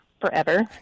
forever